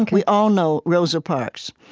we all know rosa parks.